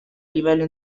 livello